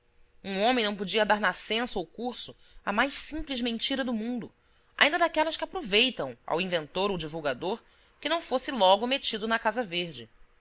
um homem não podia dar nascença ou curso à mais simples mentira do mundo ainda daquelas que aproveitam ao inventor ou divulgador que não fosse logo metido na casa verde